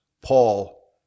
Paul